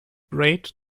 braid